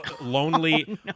lonely